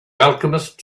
alchemist